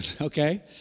okay